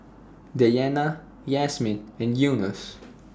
Dayana Yasmin and Yunos